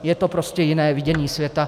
Je to prostě jiné vidění světa.